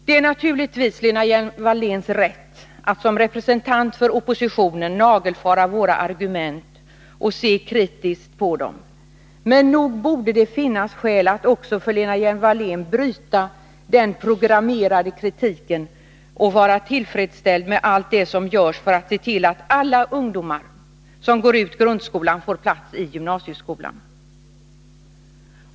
Det är naturligtvis Lena Hjelm-Walléns rätt att som representant för oppositionen nagelfara våra argument och se kritiskt på dem. Men nog borde det finnas skäl för Lena Hjelm-Wallén att bryta den programmerade kritiken och vara tillfredsställd med allt det som vi nu gör för att se till att alla ungdomar som går ut grundskolan får plats i gymnasieskolan.